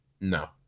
No